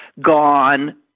gone